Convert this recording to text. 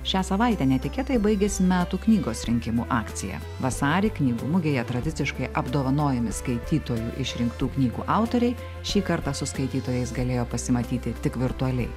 šią savaitę netikėtai baigėsi metų knygos rinkimų akcija vasarį knygų mugėje tradiciškai apdovanojami skaitytojų išrinktų knygų autoriai šį kartą su skaitytojais galėjo pasimatyti tik virtualiai